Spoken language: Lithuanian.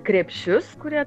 krepšius kurie